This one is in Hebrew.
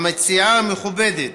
המציעה המכובדת,